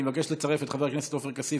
אני מבקש לצרף את חבר הכנסת עופר כסיף